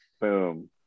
Boom